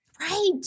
Right